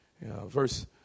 Verse